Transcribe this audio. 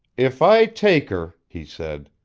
if i take her, he said,